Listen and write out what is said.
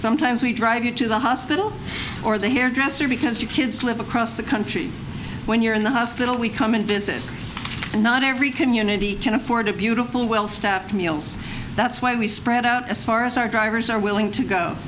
sometimes we drive you to the hospital or the hairdresser because you kids live across the country when you're in the hospital we come and visit not every community can afford a beautiful well staffed meals that's why we spread out as far as our drivers are willing to go